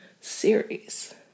series